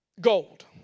Gold